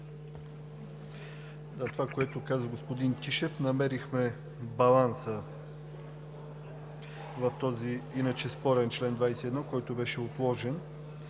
Това, което каза господин Тишев – намерихме баланса в този иначе спорен чл. 21, който беше отложен,